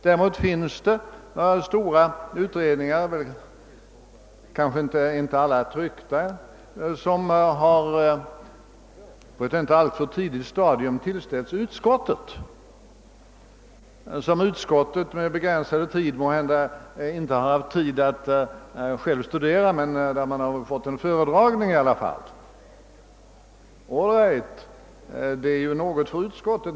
Däremot finns det en del stora utredningar, kanske inte alla tryckta, som på ett inte alltför tidigt stadium tillställts utskottet och som utskottets ledamöter med den begränsade tid som stått till förfogande måhända inte hunnit att själva studera men som man fått en föredragning om. All right, det är ju alltid något för utskottet.